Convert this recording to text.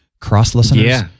cross-listeners